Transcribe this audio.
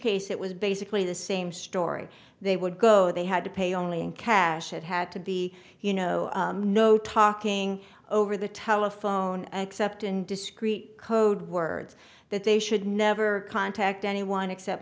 case it was basically the same story they would go they had to pay only in cash it had to be you know no talking over the telephone and except in discreet code words that they should never contact anyone except